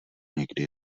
někdy